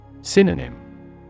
Synonym